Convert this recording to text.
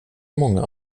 många